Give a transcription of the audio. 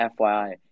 FYI